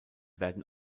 werden